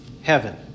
heaven